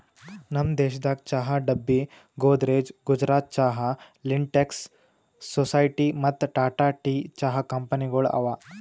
ನಮ್ ದೇಶದಾಗ್ ಚಹಾ ಡಬ್ಬಿ, ಗೋದ್ರೇಜ್, ಗುಜರಾತ್ ಚಹಾ, ಲಿಂಟೆಕ್ಸ್, ಸೊಸೈಟಿ ಮತ್ತ ಟಾಟಾ ಟೀ ಚಹಾ ಕಂಪನಿಗೊಳ್ ಅವಾ